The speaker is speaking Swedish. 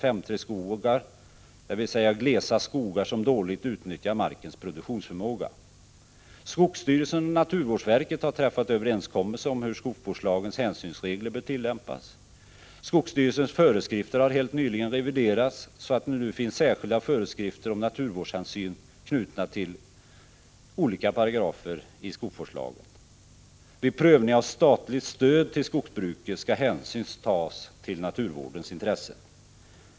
5:3-skogar, dvs. glesa skogar som dåligt utnyttjar markens produktionsförmåga. Skogsstyrelsen och naturvårdsverket har träffat överenskommelse om hur skogsvårdslagens hänsynsregler bör tillämpas. Skogsstyrelsens föreskrifter har helt nyligen reviderats så att det nu finns särskilda föreskrifter om naturvårdshänsyn knutna till olika paragrafer i skogsvårdslagen. Vid prövning av statligt stöd till skogsbruket skall hänsyn tas till naturvårdens intressen.